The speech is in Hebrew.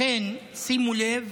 לכן, שימו לב,